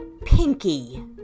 Pinky